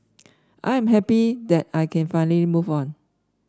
I am happy that I can finally move on